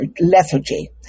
lethargy